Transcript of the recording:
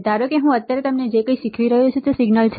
ધારો કે હું અત્યારે તમને જે કંઈ શીખવી રહ્યો છું તે સિગ્નલ છે